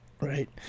Right